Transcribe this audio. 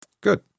Good